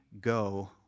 go